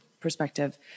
perspective